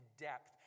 depth